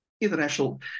international